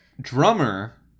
Drummer